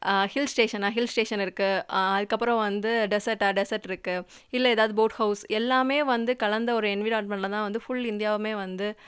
hill ஸ்டேஷனாக hill station இருக்குது அதுக்கப்புறம் வந்து டெஸெர்ட்டாக டெஸெர்ட் இருக்குது இல்லை எதாவது போட் ஹவுஸ் எல்லாமே வந்து கலந்த ஒரு என்விரான்மெண்டில் தான் வந்து ஃபுல் இந்தியாவுமே வந்து